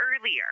earlier